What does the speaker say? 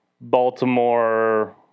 Baltimore